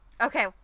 Okay